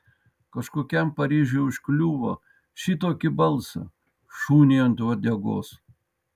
kažkokiam paryžiui užkliuvo šitokį balsą šuniui ant uodegos